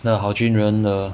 那好军人的